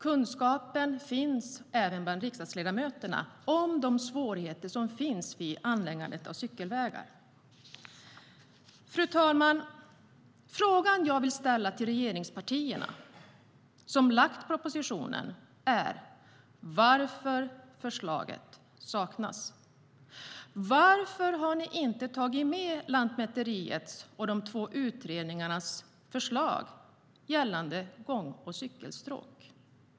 Kunskap finns även bland riksdagsledamöterna om de svårigheter som finns vid anläggandet av cykelvägar. Fru talman! Frågan jag vill ställa till regeringspartierna, som lagt fram propositionen, är varför förslag saknas. Varför har ni inte tagit med Lantmäteriets och de två utredningarnas förslag gällande gång och cykelstråk?